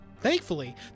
Thankfully